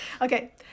okay